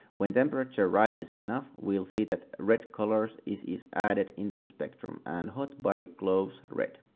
when temperature rises enough we'll see that red colors is is added into the spectrum and hot body gloves red.